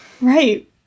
Right